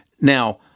Now